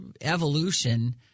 evolution